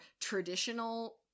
traditional